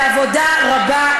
בעבודה רבה,